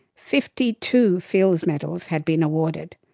fifty two fields medals had been awarded,